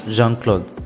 Jean-Claude